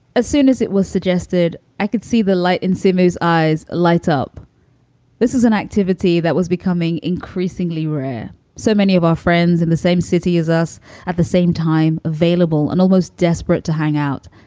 as soon as it was suggested, i could see the light in simos eyes light up this is an activity that was becoming increasingly rare. so many of our friends in the same city as us at the same time available and almost desperate to hang out.